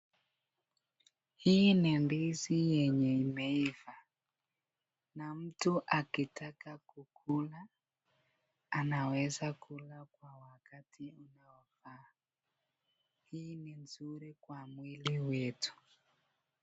Hii ni ndizi yenye imeiva, na mtu akitaka kukula anaweza kula kwa wakati unaofaa, hii ni nzuri kwa mwili wetu.